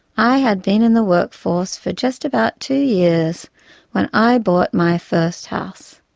i had been in the workforce for just about two years when i bought my first house,